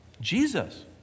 Jesus